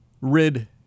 rid